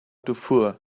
dufour